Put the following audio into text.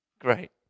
Great